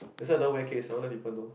this one nobody cares I wonder people know